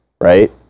right